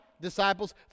disciples